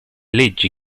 leggi